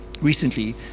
recently